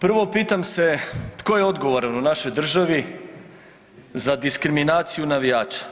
Prvo pitam se tko je odgovoran u našoj državi za diskriminaciju navijača.